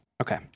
Okay